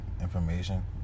information